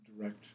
direct